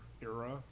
era